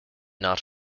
not